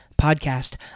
Podcast